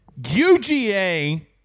UGA